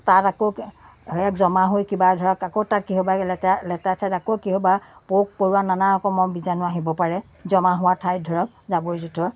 তাত আকৌ জমা হৈ কিবা ধৰক আকৌ তাত কিহবাই লেতেৰা লেতেৰা ঠাইত আকৌ কিহবা পোক পৰুৱা নানা ৰকমৰ বীজাণু আহিব পাৰে জমা হোৱা ঠাইত ধৰক জাবৰ জোঁথৰ